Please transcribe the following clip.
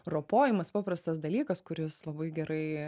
ropojimas paprastas dalykas kuris labai gerai